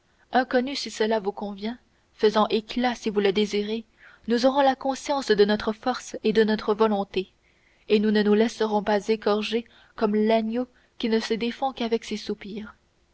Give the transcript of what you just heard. inconnus si cela vous convient faisant éclat si vous le désirez nous aurons la conscience de notre force et de notre volonté et nous ne nous laisserons pas égorger comme l'agneau qui ne se défend qu'avec ses soupirs